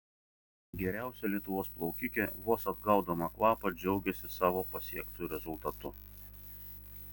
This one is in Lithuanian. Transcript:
geriausia lietuvos plaukikė vos atgaudama kvapą džiaugėsi savo pasiektu rezultatu